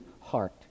heart